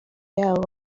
yabo